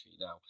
Now